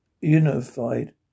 unified